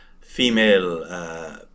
female